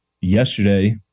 yesterday